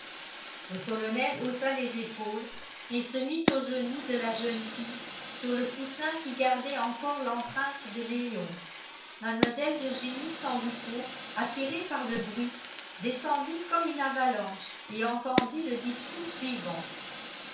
le colonel haussa les épaules et se mit aux genoux de la jeune fille sur le coussin qui gardait encore l'empreinte de léon mlle virginie sambucco attirée par le bruit descendit comme une avalanche et entendit le discours suivant